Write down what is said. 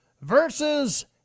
versus